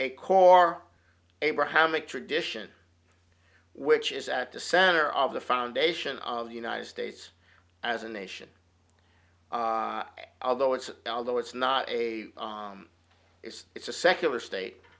a core abrahamic tradition which is at the center of the foundation of the united states as a nation although it's although it's not a it's it's a secular state